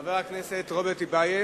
של חבר הכנסת רוברט טיבייב.